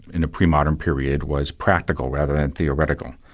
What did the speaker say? in a pre-modern period, was practical, rather than theoretical.